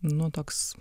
nu toks